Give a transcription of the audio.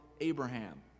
Abraham